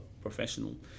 professional